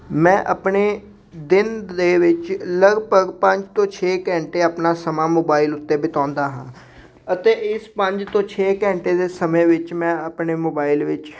ਮੈਂ ਆਪਣੇ ਦਿਨ ਦੇ ਵਿੱਚ ਲਗਭਗ ਪੰਜ ਤੋਂ ਛੇ ਘੰਟੇ ਆਪਣਾ ਸਮਾਂ ਮੋਬਾਇਲ ਉੱਤੇ ਬਿਤਾਉਂਦਾ ਹਾਂ ਅਤੇ ਇਸ ਪੰਜ ਤੋਂ ਛੇ ਘੰਟੇ ਦੇ ਸਮੇਂ ਵਿੱਚ ਮੈਂ ਆਪਣੇ ਮੋਬਾਇਲ ਵਿੱਚ